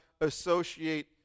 associate